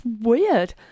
weird